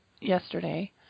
yesterday